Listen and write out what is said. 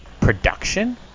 production